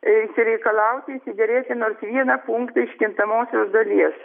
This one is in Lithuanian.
išsireikalauti išsiderėti nors vieną punktą iš kintamosios dalies